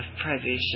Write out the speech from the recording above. privation